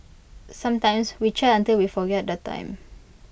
sometimes we chat until we forget the time